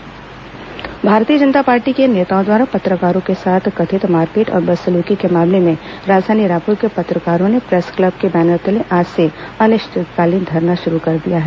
पत्रकार धरना भारतीय जनता पार्टी के नेताओं द्वारा पत्रकारों के साथ कथित मारपीट और बदसलुकी के मामले में राजधानी रायपुर के पत्रकारों ने प्रेसक्लब के बैनर तले आज से अनिश्चितकालीन धरना शुरू कर दिया है